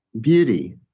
beauty